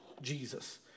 Jesus